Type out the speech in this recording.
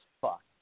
fuck